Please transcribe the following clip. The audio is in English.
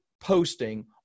posting